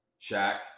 Shaq